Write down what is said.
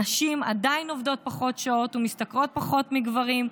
נשים עדיין עובדות פחות שעות ומשתכרות פחות מגברים,